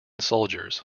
soldiers